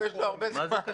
יש לו הרבה זמן.